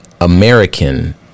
American